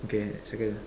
okay circle